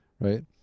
right